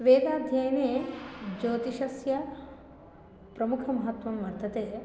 वदाध्ययने ज्योतिषस्य प्रमुखमहत्त्वं वर्तते